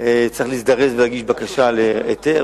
צריך להזדרז ולהגיש בקשה להיתר,